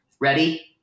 Ready